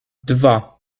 dwa